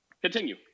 Continue